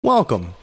Welcome